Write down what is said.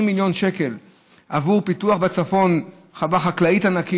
מיליון שקל עבור פיתוח חווה חקלאית ענקית